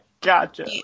Gotcha